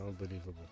Unbelievable